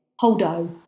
Holdo